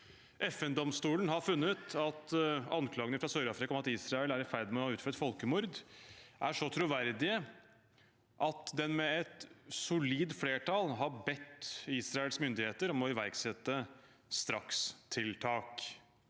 FN-domstolen har funnet at anklagene fra Sør-Afrika, om at Israel er i ferd med å utføre et folkemord, er så troverdige at den med et solid flertall har bedt Israels myndigheter om å iverksette strakstiltak,